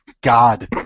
God